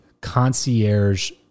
concierge